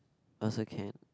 also can